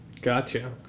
Gotcha